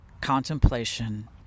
contemplation